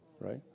right